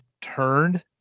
turned